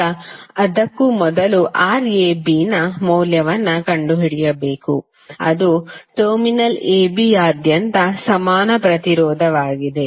ಈಗ ಅದಕ್ಕೂ ಮೊದಲು Rab ನ ಮೌಲ್ಯವನ್ನು ಕಂಡುಹಿಡಿಯಬೇಕು ಅದು ಟರ್ಮಿನಲ್ AB ಯಾದ್ಯಂತ ಸಮಾನ ಪ್ರತಿರೋಧವಾಗಿದೆ